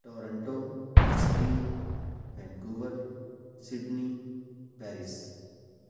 Toronto Surrey Vancouver Sydney Paris